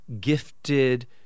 gifted